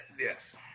Yes